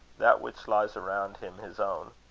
that which lies around him his own.